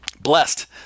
blessed